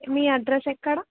మీ address ఎక్కడ